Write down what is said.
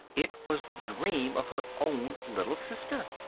it was the dream of her own little sister.